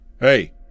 Hey